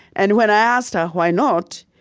and when i asked her why not,